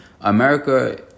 America